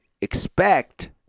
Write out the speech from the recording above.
expect